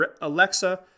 Alexa